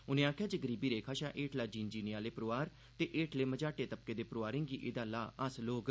उनें आखेआ जे गरीबी रेखा थमां हेठला जीन जीने आहले परोआर ते हेठले मझाटे तबके दे परोआरें गी एहदे थमां लाह् हासल होग